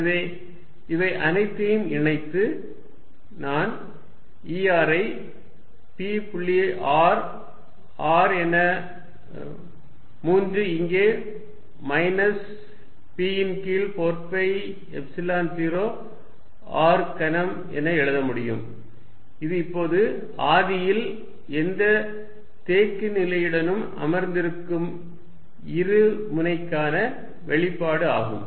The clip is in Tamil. எனவே இவை அனைத்தையும் இணைத்து நான் E r ஐ p புள்ளி r r என 3 இங்கே மைனஸ் p ன் கீழ் 4 பை எப்சிலன் 0 r கனம் என எழுத முடியும் இது இப்போது ஆதியில் எந்த நோக்குநிலையுடனும் அமர்ந்திருக்கும் இருமுனைக்கான வெளிப்பாடு ஆகும்